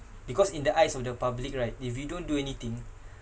because in the eyes of the public right if you don't do anything